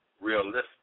realistic